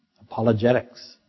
Apologetics